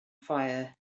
fire